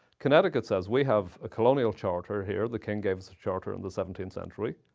connecticut says, we have a colonial charter here. the king gave us a charter in the seventeenth century,